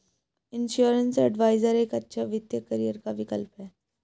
insurance adviser एक अच्छा वित्तीय करियर का विकल्प है